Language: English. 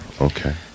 okay